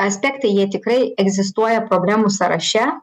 aspektai jie tikrai egzistuoja problemų sąraše